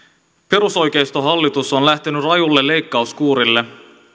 perusoikeistohallitus on lähtenyt rajulle leikkauskuurille